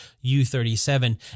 U-37